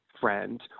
friend